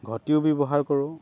ঘটিও ব্যৱহাৰ কৰোঁ